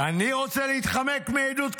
אני רוצה להתחמק מעדות?